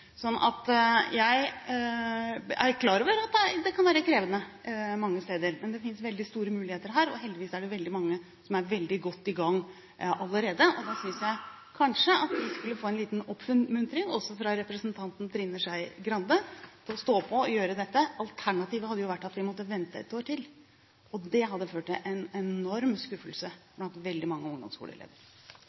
Jeg er klar over at det kan være krevende mange steder, men det finnes veldig store muligheter her, og heldigvis er det veldig mange som er veldig godt i gang allerede. Da synes jeg at de skulle få en liten oppmuntring – også fra representanten Trine Skei Grande – til å stå på og gjøre dette. Alternativet hadde vært at vi måtte vente ett år til, og det hadde ført til en enorm skuffelse blant veldig mange